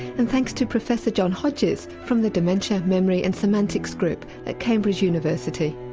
and thanks to professor john hodges from the dementia, memory and semantics group at cambridge university.